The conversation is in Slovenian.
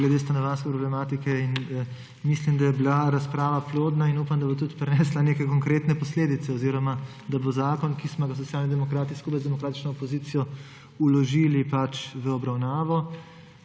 glede stanovanjske problematike in mislim, da je bila razprava plodna, in upam, da bo tudi prinesla neke konkretne posledice oziroma da bo zakon, ki smo ga Socialni demokrati skupaj z demokratično opozicijo vložili v obravnavo,